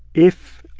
if,